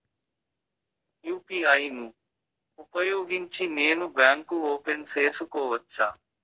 UPI ను ఉపయోగించి నేను బ్యాంకు ఓపెన్ సేసుకోవచ్చా?